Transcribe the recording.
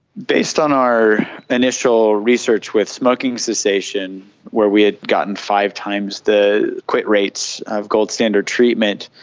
based on our initial research with smoking cessation where we had gotten five times the quit rates of gold standard treatment,